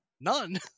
none